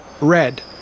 red